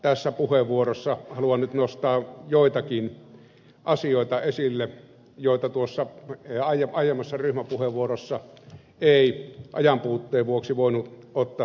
tässä puheenvuorossa haluan nyt nostaa ydinvoimasta joitakin asioita esille joita tuossa aiemmassa ryhmäpuheenvuorossa ei ajanpuutteen vuoksi voinut ottaa